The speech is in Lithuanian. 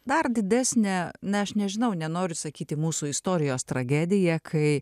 dar didesnę ne aš nežinau nenoriu sakyti mūsų istorijos tragediją kai